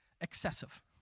excessive